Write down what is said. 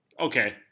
Okay